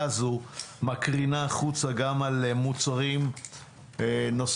הזו מקרינה החוצה גם על מוצרים נוספים.